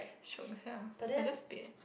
shiok sia I just paid